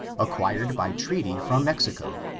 acquired by treaty from mexico,